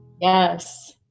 Yes